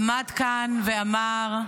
עמד כאן ואמר,